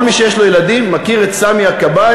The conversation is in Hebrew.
כל מי שיש לו ילדים מכיר את סמי הכבאי,